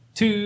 two